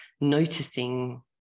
noticing